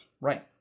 right